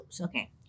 Okay